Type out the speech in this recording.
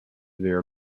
their